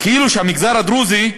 כאילו המגזר הדרוזי,